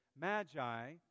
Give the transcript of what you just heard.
Magi